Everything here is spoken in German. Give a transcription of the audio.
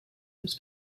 das